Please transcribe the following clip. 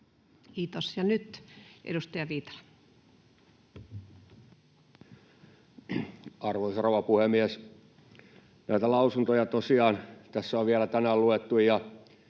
Time: 21:12 Content: Arvoisa rouva puhemies! Näitä lausuntoja tosiaan tässä on vielä tänään luettu.